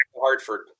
Hartford